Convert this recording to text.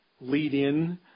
lead-in